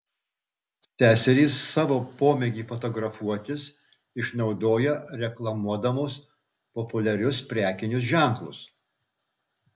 seserys savo pomėgį fotografuotis išnaudoja reklamuodamos populiarius prekinius ženklus